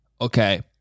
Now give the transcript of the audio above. okay